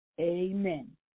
amen